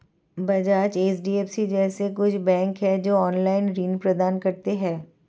Bajaj, HDFC जैसे कुछ bank है, जो ऑनलाईन ऋण प्रदान करते हैं